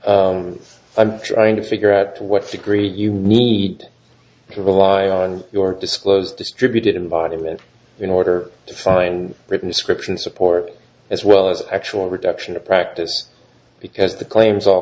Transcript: that i'm trying to figure out to what degree you need to rely on your disclose distributed in body image in order to find written descriptions support as well as actual reduction of practice because the claims all